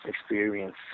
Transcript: experience